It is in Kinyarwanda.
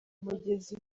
mugezi